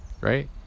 right